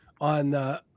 on